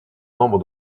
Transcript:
nombre